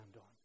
on